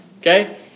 Okay